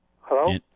Hello